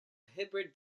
hybrid